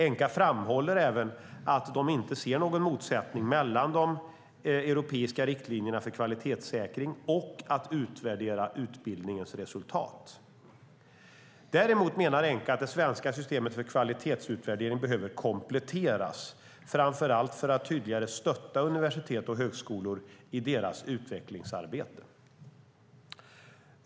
Enqua framhåller också att de inte ser någon motsättning mellan de europeiska riktlinjerna för kvalitetssäkring och att utvärdera utbildningens resultat. Däremot menar Enqa att det svenska systemet för kvalitetsutvärdering behöver kompletteras, framför allt för att tydligare stötta universitet och högskolor i deras utvecklingsarbete.